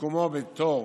ומיקומו בתור